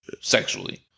sexually